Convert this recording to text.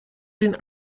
den